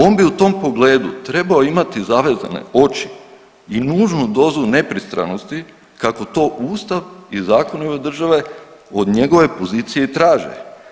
On bi u tom pogledu trebao imati zavezane oči i nužnu dozu nepristranosti kako to Ustav i zakoni ove države od njegove pozicije i traže.